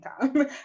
time